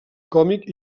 còmic